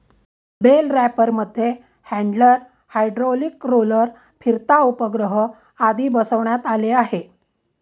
bell रॅपरमध्ये handler, hydraulic roller, फिरता उपग्रह आदी बसवण्यात आले आहे